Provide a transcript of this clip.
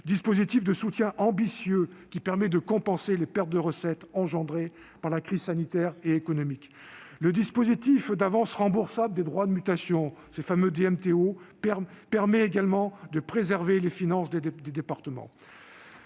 dispositif de soutien ambitieux permet de compenser les pertes de recettes engendrées par la crise sanitaire et économique. Le dispositif d'avances remboursables des DMTO permet également de préserver les finances des départements.